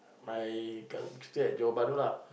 my cousin stay at Johor-Bahru lah